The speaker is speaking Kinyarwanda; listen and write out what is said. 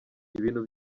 ibintu